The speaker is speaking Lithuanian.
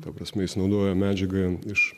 ta prasme jis naudojo medžiagą iš